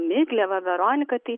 miglę va veroniką tai